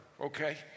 okay